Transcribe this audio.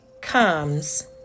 comes